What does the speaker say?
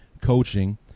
coaching